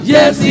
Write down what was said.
Yes